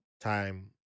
time